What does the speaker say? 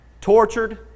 tortured